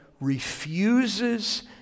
refuses